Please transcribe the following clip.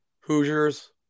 hoosiers